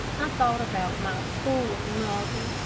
i thought about my poor mother,